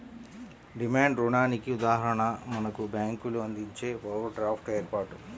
demand రుణానికి ఉదాహరణ మనకు బ్యేంకులు అందించే ఓవర్ డ్రాఫ్ట్ ఏర్పాటు